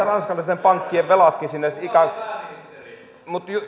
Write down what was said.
ranskalaisten pankkien velatkin mutta